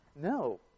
No